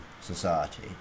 society